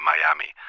Miami